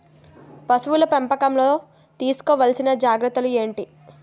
పశువుల పెంపకంలో తీసుకోవల్సిన జాగ్రత్త లు ఏంటి?